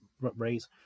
raise